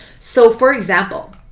so for example,